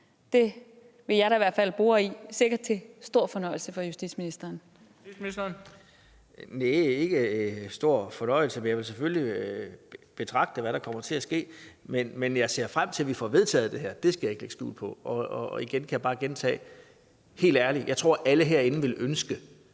Justitsministeren. Kl. 13:55 Justitsministeren (Søren Pape Poulsen): Næh, ikke »til stor fornøjelse«, men jeg vil selvfølgelig betragte, hvad der kommer til at ske. Men jeg ser frem til, at vi får vedtaget det her. Det skal ikke lægge skjul på. Og jeg kan bare gentage: Helt ærligt, jeg tror, at alle herinde ville ønske,